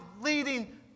leading